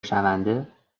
شونده